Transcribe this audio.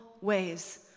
ways